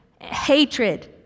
hatred